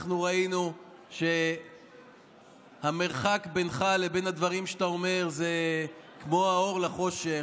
אנחנו ראינו שהמרחק בינך לבין הדברים שאתה אומר זה כמו מהאור לחושך.